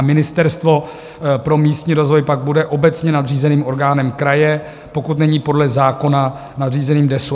Ministerstvo pro místní rozvoj pak bude obecně nadřízeným orgánem kraje, pokud není podle zákona nadřízeným DESÚ.